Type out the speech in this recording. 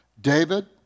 David